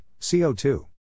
CO2